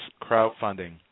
crowdfunding